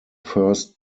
first